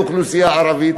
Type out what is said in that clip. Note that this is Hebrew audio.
לאוכלוסייה הערבית,